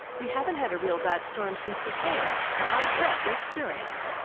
we haven't had a real bad storm since we came, and i dread the experience.